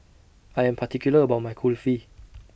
I Am particular about My Kulfi